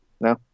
No